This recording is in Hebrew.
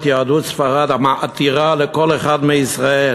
יהדות ספרד המעטירה לכל אחד מישראל,